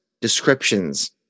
descriptions